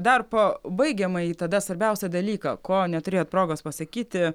dar po baigiamąjį tada svarbiausią dalyką ko neturėjot progos pasakyti